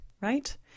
right